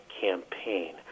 campaign